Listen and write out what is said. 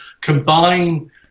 combine